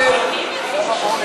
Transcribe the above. להביע אי-אמון